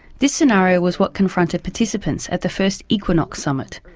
this scenario was what confronted participants at the first equinox summit.